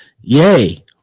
yay